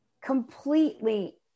completely